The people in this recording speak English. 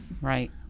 Right